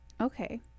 Okay